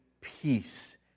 peace